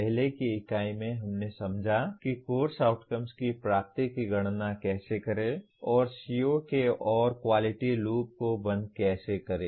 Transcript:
पहले की इकाई में हमने समझा कि कोर्स आउटकम्स की प्राप्ति की गणना कैसे करें और CO के ओर क्वालिटी लूप को बंद करें